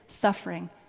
suffering